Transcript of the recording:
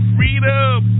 Freedom